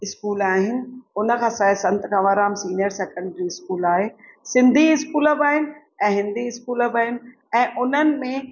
school आहिनि उन खां सवाइ Sant Kanwarram senior secondary school आहे सिंधी स्कूल बि आहिनि ऐं हिंदी स्कूल बि आहिनि ऐं उन्हनि में